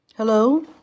Hello